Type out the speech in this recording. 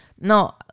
No